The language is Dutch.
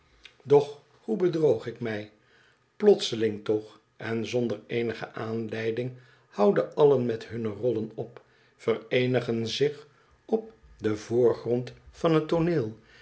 doch hoe bedroog ik mij plotseling toch en zonder eenige aanleiding liouden allen met hunne rollen op vereenigen zich op den voorgrond van het tooneel